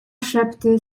szepty